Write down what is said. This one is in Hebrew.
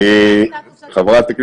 רני, מתי הוצג סטטוס לקבינט?